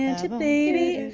and today